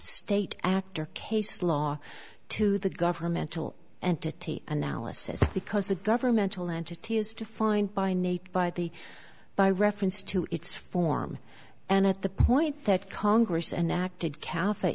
state actor case law to the governmental entity analysis because a governmental entity is defined by nature by the by reference to its form and at the point that congress and acted cafe